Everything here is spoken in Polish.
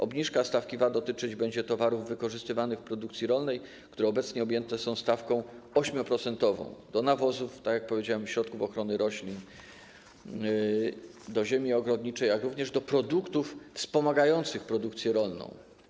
Obniżka stawki VAT dotyczyć będzie towarów wykorzystywanych w produkcji rolnej, które obecnie objęte są stawką 8-procentową, tak jak powiedziałem, nawozów, środków ochrony roślin, ziemi ogrodniczej, jak również produktów wspomagających produkcję rolną.